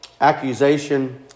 accusation